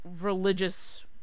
religious